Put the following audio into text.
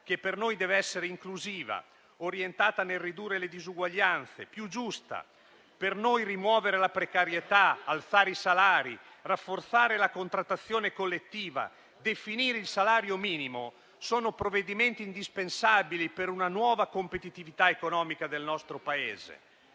che per noi deve essere inclusiva, orientata a ridurre le disuguaglianze, più giusta. Per noi, rimuovere la precarietà, alzare i salari, rafforzare la contrattazione collettiva, definire il salario minimo, sono provvedimenti indispensabili per una nuova competitività economica del nostro Paese.